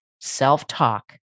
self-talk